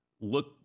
look